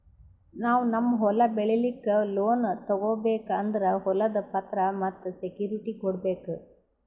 ನಾವ್ ನಮ್ ಹೊಲ ಬೆಳಿಲಿಕ್ಕ್ ಲೋನ್ ತಗೋಬೇಕ್ ಅಂದ್ರ ಹೊಲದ್ ಪತ್ರ ಮತ್ತ್ ಸೆಕ್ಯೂರಿಟಿ ಕೊಡ್ಬೇಕ್